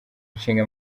ishinga